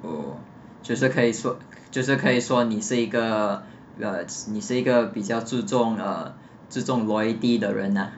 oh 就是可以说就是可以说你是一个你是一个比较注重 err 注重 loyalty 的人 ah